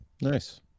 nice